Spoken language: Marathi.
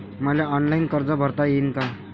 मले ऑनलाईन कर्ज भरता येईन का?